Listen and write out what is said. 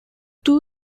two